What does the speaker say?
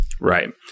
Right